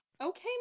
Okay